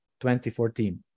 2014